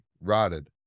rotted